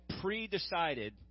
pre-decided